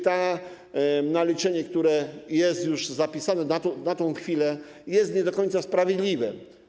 To naliczenie, które jest zapisane na tę chwilę, jest nie do końca sprawiedliwe.